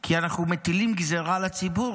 כי אנחנו מטילים גזרה על הציבור,